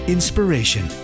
Inspiration